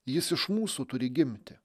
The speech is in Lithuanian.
jis iš mūsų turi gimti